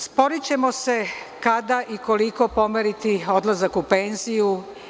Sporićemo se kada i koliko treba pomeriti odlazak u penziju.